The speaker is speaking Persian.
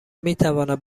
میتواند